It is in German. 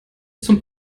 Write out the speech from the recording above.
zum